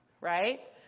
Right